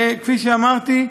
כפי שאמרתי,